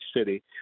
City